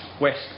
west